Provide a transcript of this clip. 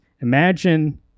imagine